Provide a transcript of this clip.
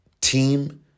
team